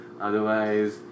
Otherwise